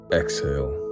exhale